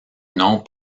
nom